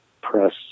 press